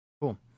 Cool